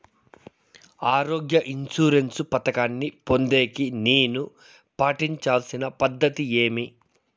ఆరోగ్య ఇన్సూరెన్సు పథకాన్ని పొందేకి నేను పాటించాల్సిన పద్ధతి ఏమి?